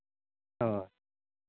ᱦᱮᱸ